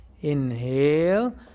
Inhale